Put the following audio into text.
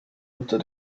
unter